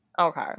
Okay